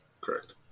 Correct